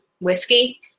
Whiskey